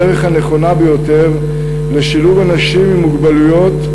הדרך הנכונה ביותר לשילוב אנשים עם מוגבלויות,